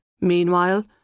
Meanwhile